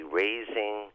raising